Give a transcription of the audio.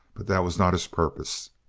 but that was not his purpose.